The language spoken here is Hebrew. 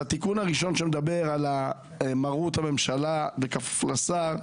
על התיקון הראשון שמדבר על מרות הממשלה בכפוף לשר,